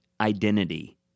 identity